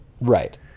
Right